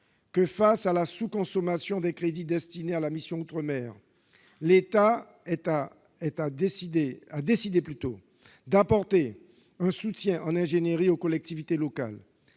Face à la sous-consommation des crédits de la mission « Outre-mer », l'État est contraint d'apporter un soutien en ingénierie aux collectivités locales.